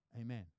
Amen